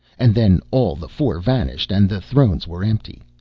and then all the four vanished, and the thrones were empty.